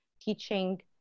teaching